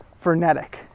frenetic